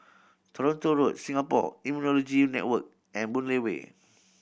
Toronto Road Singapore Immunology Network and Boon Lay Way